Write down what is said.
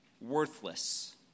worthless